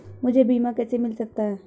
मुझे बीमा कैसे मिल सकता है?